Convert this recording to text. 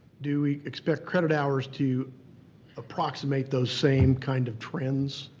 do we expect credit hours to approximate those same kind of trends?